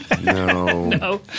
No